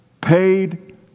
paid